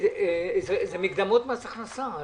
אנחנו מדברים על מקדמות מס הכנסה.